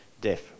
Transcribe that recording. death